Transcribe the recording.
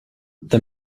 the